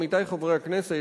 עמיתי חברי הכנסת,